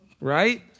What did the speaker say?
Right